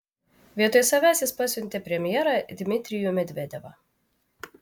vietoj savęs jis pasiuntė premjerą dmitrijų medvedevą